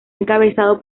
encabezado